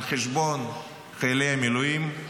על חשבון חיילי המילואים,